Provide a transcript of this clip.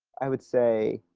i would say.